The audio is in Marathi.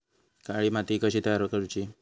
काळी माती कशी तयार करूची?